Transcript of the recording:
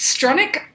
Stronic